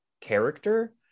character